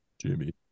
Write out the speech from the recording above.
Jimmy